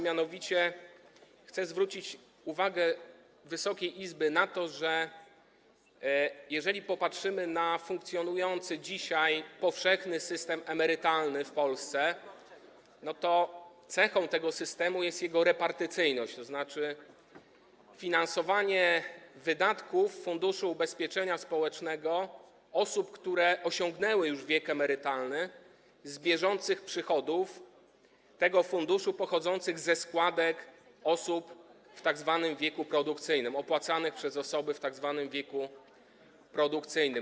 Mianowicie chcę zwrócić uwagę Wysokiej Izby na to, że jeżeli popatrzymy na funkcjonujący dzisiaj powszechny system emerytalny w Polsce, to zobaczymy, że cechą tego systemu jest jego repartycyjność, tzn. finansowanie wydatków Funduszu Ubezpieczeń Społecznych w przypadku osób, które osiągnęły już wiek emerytalny, z bieżących przychodów tego funduszu pochodzących ze składek osób w tzw. wieku produkcyjnym, opłacanych przez osoby w tzw. wieku produkcyjnym.